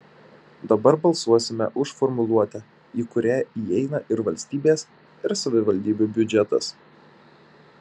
dabar balsuosime už formuluotę į kurią įeina ir valstybės ir savivaldybių biudžetas